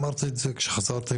אמרתי את זה כאשר חזרתי